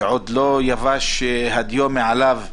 שעוד לא יבשה הדיו מעליו,